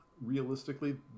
realistically